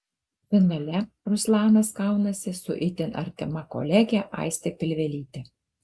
finale ruslanas kaunasi su itin artima kolege aiste pilvelyte